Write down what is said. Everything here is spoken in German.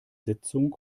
sitzung